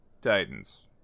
titans